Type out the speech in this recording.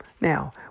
Now